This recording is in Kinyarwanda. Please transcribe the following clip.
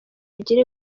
bigira